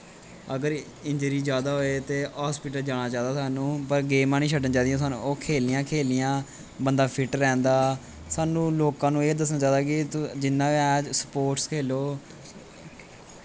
अगर इंजरी जैदा होए ते हास्पिटल जाना चाहिदा सानूं पर गेमां निं छड्डनी चाहिदियां सानूं ओह् खेलनियां ही खेलनियां बंदा फिट रौंह्दा सानूं लोकें गी एह् दस्सना चाहिदा कि जिन्ना ऐ स्पोर्टस खेल्लो